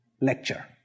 lecture